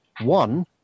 one